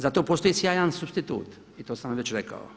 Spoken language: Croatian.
Za to postoji sjajan supstitut i to sam vam već rekao.